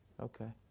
okay